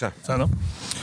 (4)